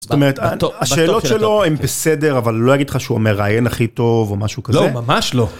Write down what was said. זאת אומרת את השאלות שלו הם בסדר אבל לא אגיד לך שהוא המראיין הכי טוב או משהו כזה, לא ממש לא.